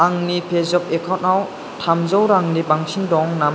आंनि पेजफ एकाउन्टाव थामजौ रांनि बांसिन दं नामा